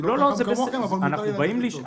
אני לא חכם כמוכם אבל מותר לי לתת עצות.